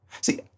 See